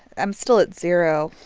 i'm still at zero.